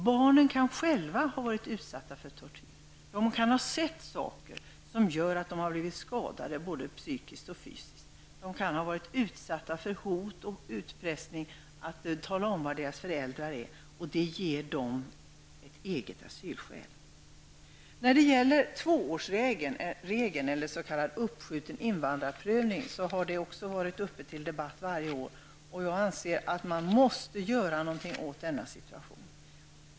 Barnen kan själva ha varit utsatta för tortyr. De kan ha sett saker som gör att de har blivit skadade både fysiskt och psykiskt. De kan ha varit utsatta för hot och utpressning att tala om var deras föräldrar är, och det ger dem ett eget asylskäl. Tvåårsregeln, eller s.k. uppskjuten invandrarprövning, har också varit uppe till debatt varje år. Jag anser att man måste göra någonting åt situationen.